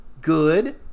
good